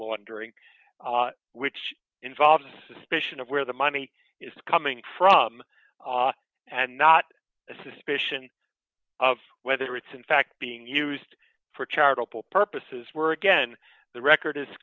laundering which involves suspicion of where the money is coming from and not a suspicion of whether it's in fact being used for charitable purposes were again the record